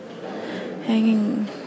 hanging